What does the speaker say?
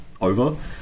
over